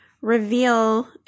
reveal